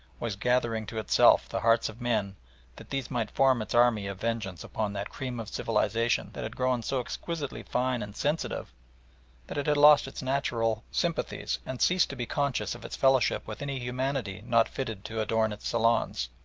was gathering to itself the hearts of men that these might form its army of vengeance upon that cream of civilisation that had grown so exquisitely fine and sensitive that it had lost its natural sympathies and ceased to be conscious of its fellowship with any humanity not fitted to adorn its salons.